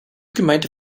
gemeinte